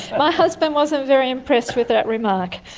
my husband wasn't very impressed with that remark.